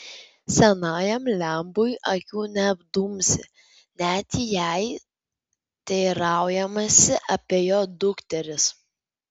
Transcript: senajam lembui akių neapdumsi net jei teiraujamasi apie jo dukteris